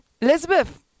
Elizabeth